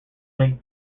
link